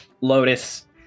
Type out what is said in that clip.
Lotus